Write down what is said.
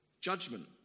judgment